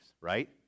right